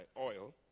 oil